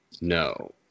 No